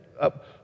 up